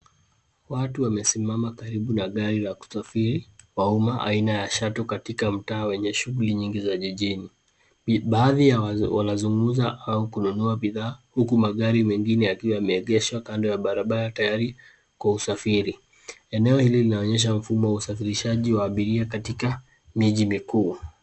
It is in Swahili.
Watu wamesimama karibu na gari la kusafiri wa uma aina ya shuttle katika mtaa wenye shughuli nyingi za jijini. Baadhi wanazungumza au kununua bidhaa huku magari mengine yakiwa yameegeshwa kando ya barabara tayari kwa usafiri. Eneo hili linaonyesha mfumo wa usafirishaji wa abiria katika miji mikuu.